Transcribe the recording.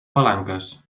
palanques